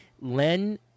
Len